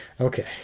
Okay